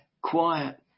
quiet